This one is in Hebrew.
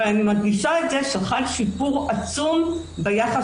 אבל אני מדגישה שחל שיפור עצום ביחס